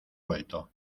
vuelto